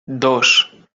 dos